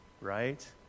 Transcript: right